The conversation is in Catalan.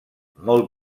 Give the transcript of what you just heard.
molt